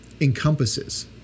encompasses